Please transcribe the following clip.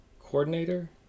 Coordinator